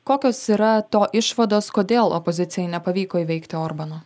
kokios yra to išvados kodėl opozicijai nepavyko įveikti orbano